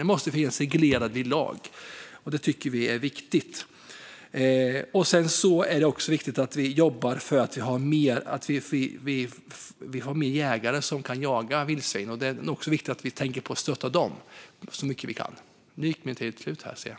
Det måste finnas reglerat i lag. Vi tycker att det är viktigt. Vi måste också jobba för att ha fler jägare som kan jaga vildsvin. Det är viktigt att tänka på att stötta även dem så mycket vi kan.